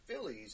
phillies